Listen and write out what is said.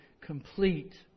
complete